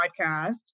podcast